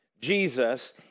Jesus